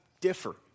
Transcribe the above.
differ